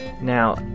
Now